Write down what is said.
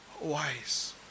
wise